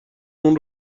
اون